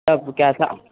आपको कैसा